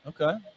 okay